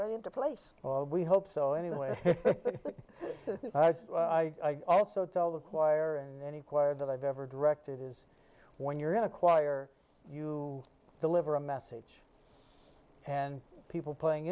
right into place we hope so anyway i also tell the choir and any choir that i've ever directed is when you're in a choir you deliver a message and people playing